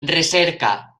recerca